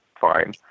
Fine